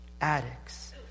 addicts